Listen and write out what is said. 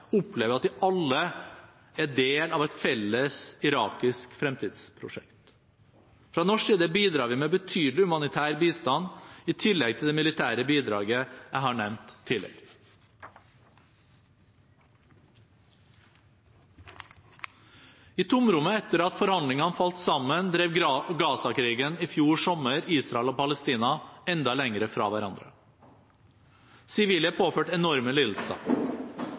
opplever at de alle er del av et felles irakisk fremtidsprosjekt. Fra norsk side bidrar vi med betydelig humanitærbistand i tillegg til det militære bidraget jeg har nevnt tidligere. I tomrommet etter at forhandlingene falt sammen, drev Gaza-krigen i fjor sommer Israel og Palestina enda lenger fra hverandre. Sivile er påført enorme lidelser.